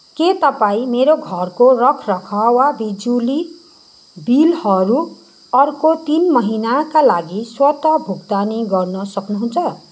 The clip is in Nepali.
के तपाईँ मेरो घरको रखरखाव र बिजुली बिलहरू अर्को तिन महिनाका लागि स्वतः भुक्तानी गर्न सक्नुहुन्छ